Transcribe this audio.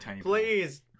please